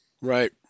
Right